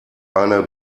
eine